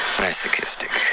masochistic